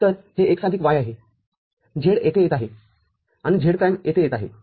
तरहे x आदिक y आहे z येथे येत आहे आणि z प्राईम येथे येत आहे